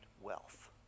wealth